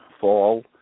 fall